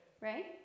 right